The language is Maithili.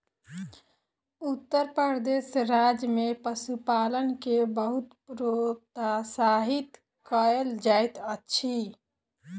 उत्तर प्रदेश राज्य में पशुपालन के बहुत प्रोत्साहित कयल जाइत अछि